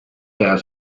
has